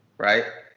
right?